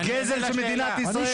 גזל של מדינת ישראל.